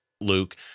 Luke